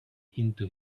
into